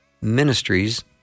Ministries